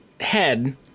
head